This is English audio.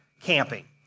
camping